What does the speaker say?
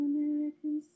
American